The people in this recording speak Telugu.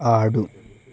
ఆడు